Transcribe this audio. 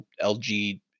LG